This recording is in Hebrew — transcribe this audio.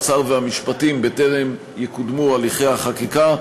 האוצר והמשפטים בטרם יקודמו הליכי החקיקה,